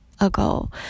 ago